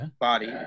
body